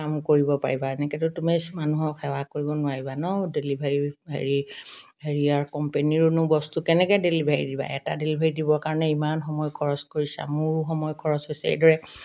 কাম কৰিব পাৰিবা এনেকৈতো তুমি মানুহক সেৱা কৰিব নোৱাৰিবা ন ডেলিভাৰি হেৰি হেৰিয়াৰ কম্পেনীৰোনো বস্তু কেনেকৈ ডেলিভাৰি দিবা এটা ডেলিভাৰি দিবৰ কৰণে ইমান সময় খৰচ কৰিছা মোৰো সময় খৰচ হৈছে এইদৰে